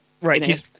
Right